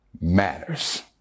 matters